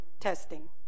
testing